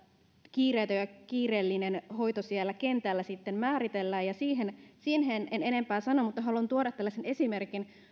kiireetön ja kiireellinen hoito siellä kentällä sitten määritellään ja siihen siihen en enempää sano mutta haluan tuoda tällaisen esimerkin siitä mikä